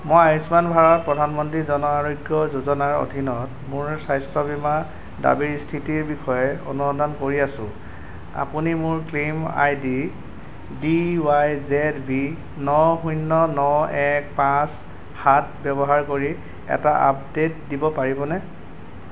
মই আয়ুষ্মান ভাৰত প্ৰধানমন্ত্ৰী জন আৰোগ্য যোজনাৰ অধীনত মোৰ স্বাস্থ্য বীমা দাবীৰ স্থিতিৰ বিষয়ে অনুসন্ধান কৰি আছো আপুনি মোৰ claim I D D Y Z V ন শূন্য ন এক পাঁচ সাত ব্যৱহাৰ কৰি এটা আপডে'ট দিব পাৰিবনে